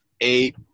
eight